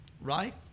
right